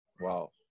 Wow